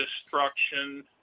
destruction